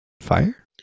fire